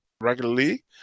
regularly